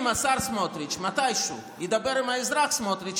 אם השר סמוטריץ' מתישהו ידבר עם האזרח סמוטריץ',